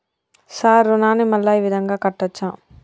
Sir రుణాన్ని మళ్ళా ఈ విధంగా కట్టచ్చా?